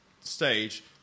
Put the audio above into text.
stage